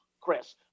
Chris